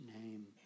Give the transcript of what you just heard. name